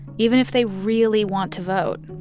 even if they really want to vote.